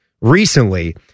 recently